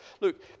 look